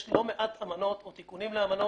יש לא מעט אמנות או תיקונים לאמנות